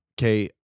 Okay